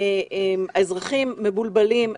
האזרחים מבולבלים,